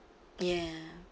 yeah